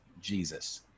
Jesus